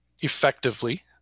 effectively